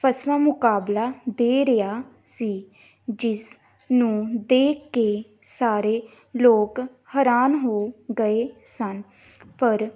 ਫਸਵਾਂ ਮੁਕਾਬਲਾ ਦੇ ਰਿਹਾ ਸੀ ਜਿਸ ਨੂੰ ਦੇਖ ਕੇ ਸਾਰੇ ਲੋਕ ਹੈਰਾਨ ਹੋ ਗਏ ਸਨ ਪਰ